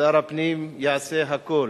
שר הפנים יעשה הכול